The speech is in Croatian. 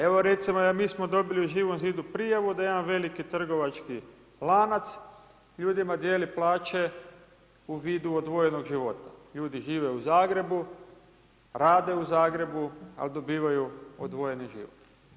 Evo recimo mi smo dobili u Živom zidu prijavu da jedan veliki trgovački lanac ljudima dijeli plaće u vidu odvojenog života, ljudi žive u Zagrebu, rade u Zagrebu ali dobivaju odvojeni život.